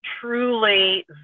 truly